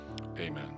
Amen